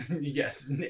yes